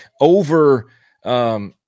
over